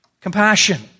Compassion